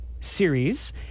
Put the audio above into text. series